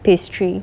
pastry